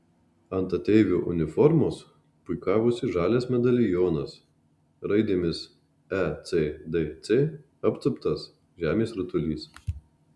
ant ateivio uniformos puikavosi žalias medalionas raidėmis ecdc apsuptas žemės rutulys